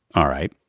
all right,